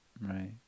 Right